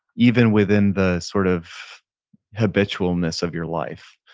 even within the sort of habitualness of your life.